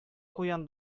куян